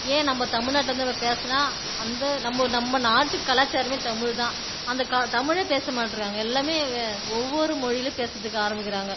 ஏன் நம்ப தமிழ்நாட்டில் வந்து நம்ம பேசினா அந்த நம்ப நம் நாட்டு கலாச்சாரமே தமிழ் தான் அந்த க தமிழே பேச மாட்டேறாங்க எல்லாமே வே ஒவ்வொரு மொழியிலியும் பேசுறதுக்கு ஆரம்பிக்கிறாங்க